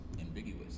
ambiguous